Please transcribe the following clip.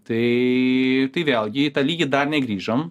tai vėlgi į tą lygį dar negrįžom